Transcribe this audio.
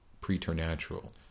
preternatural